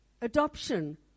Adoption